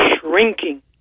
shrinking